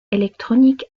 electronic